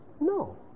No